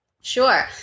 Sure